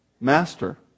master